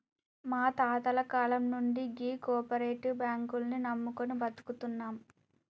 మా తాతల కాలం నుండి గీ కోపరేటివ్ బాంకుల్ని నమ్ముకొని బతుకుతున్నం